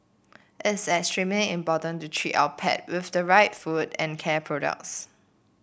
it's extremely important to treat our pet with the right food and care products